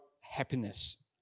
happiness